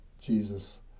Jesus